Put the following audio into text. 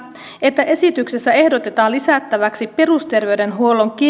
että esityksessä ehdotetaan lisättäväksi perusterveydenhuollon